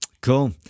Cool